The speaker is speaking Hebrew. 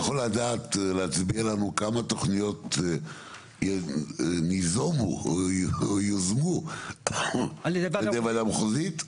מישהו יכול להצביע לנו כמה תוכניות יוזמו על ידי ועדה מחוזית?